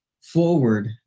forward